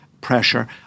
pressure